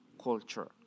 culture